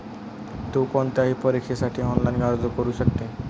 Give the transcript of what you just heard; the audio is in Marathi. तु कोणत्याही परीक्षेसाठी ऑनलाइन अर्ज करू शकते